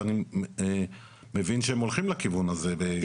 ואני מבין שהם הולכים לכיוון הזה.